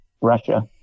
Russia